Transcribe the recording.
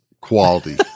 quality